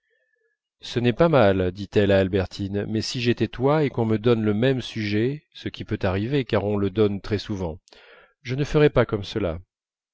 ce n'est pas mal dit-elle à albertine mais si j'étais toi et qu'on me donne le même sujet ce qui peut arriver car on le donne très souvent je ne ferais pas comme cela